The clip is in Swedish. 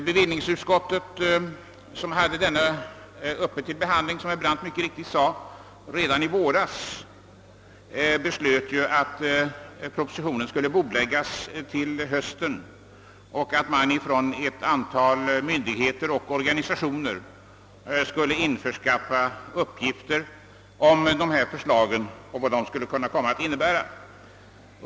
Bevillningsutskottet, som hade detta ärende uppe till behandling — såsom herr Brandt påpekade — redan i våras, beslöt att propositionen skulle bordläggas till hösten och att från ett antal myndigheter och organisationer skulle införskaffas uppgifter om vad förslagen skulle kunna komma att innebära.